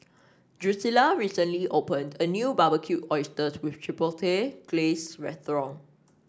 Drucilla recently opened a new Barbecued Oysters with Chipotle Glaze restaurant